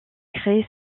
créés